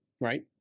right